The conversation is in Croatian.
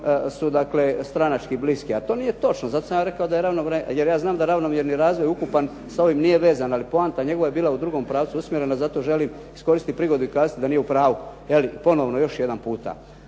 su dakle stranački bliski a to nije točno. Zato sam ja rekao jer ja znam da ravnomjerni razvoj ukupan sa ovim nije vezan ali poanta njegova je bila u drugom pravcu usmjerena. Zato želim iskoristiti prigodu i kazati da nije u pravcu ponovno još jedan puta.